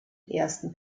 ersten